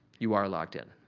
you are locked in.